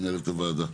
מנהלת הוועדה.